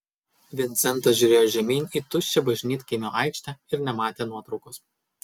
vincentas žiūrėjo žemyn į tuščią bažnytkaimio aikštę ir nematė nuotraukos